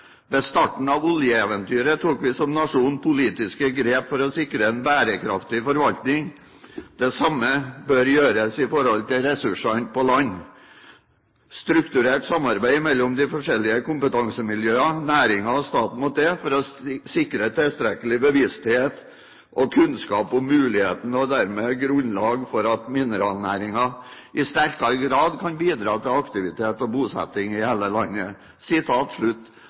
Ved starten av oljeeventyret tok vi som nasjon politiske grep for å sikre en bærekraftig forvaltning. Det samme bør gjøres når det gjelder ressursene på land. Strukturert samarbeid mellom de forskjellige kompetansemiljøene, næringen og staten må til for å sikre tilstrekkelig bevissthet og kunnskap om mulighetene og dermed grunnlag for at mineralnæringen i sterkere grad kan bidra til aktivitet og bosetting i hele landet.»